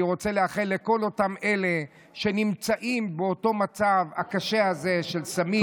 אני רוצה לאחל לכל אלה שנמצאים במצב הקשה הזה של סמים,